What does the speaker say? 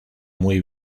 muy